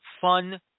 fun